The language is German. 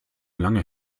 lange